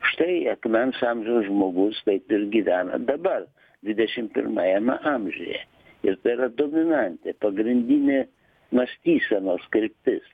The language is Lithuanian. štai akmens amžiaus žmogus taip ir gyvena dabar dvidešim pirmajame amžiuje ir tai yra dominantė pagrindinė mąstysenos kryptis